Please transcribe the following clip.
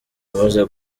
wamaze